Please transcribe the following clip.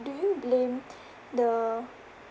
do you blame the